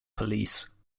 police